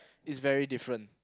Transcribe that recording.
is very different